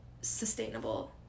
sustainable